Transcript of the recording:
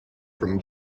from